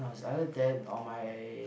or was either that or my